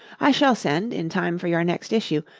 i shall send, in time for your next issue,